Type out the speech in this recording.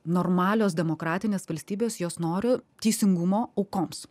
normalios demokratinės valstybės jos nori teisingumo aukoms